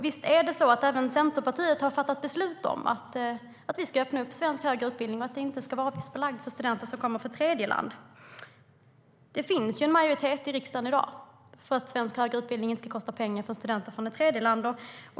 Visst är det så att även Centerpartiet har fattat beslut om att vi ska öppna svensk högre utbildning och att den inte ska vara avgiftsbelagd för studenter som kommer från tredjeland. Det finns en majoritet i riksdagen i dag för att svensk högre utbildning inte ska kosta pengar för studenter från tredjeland.